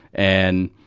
and,